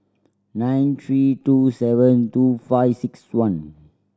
nine three two seven two five six one